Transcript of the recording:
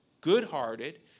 good-hearted